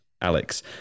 Alex